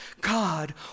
God